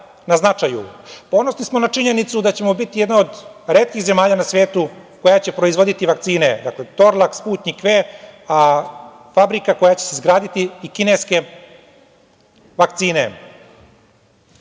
smo na činjenicu da ćemo biti jedna od retkih zemalja na svetu koja će proizvoditi vakcine, "Torlak", "Sputnjik V", a fabrika koja će se izgraditi i kineske vakcine. Ja